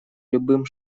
любым